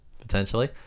Potentially